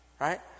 right